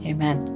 Amen